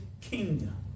kingdom